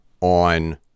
on